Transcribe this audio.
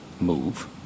move